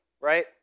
right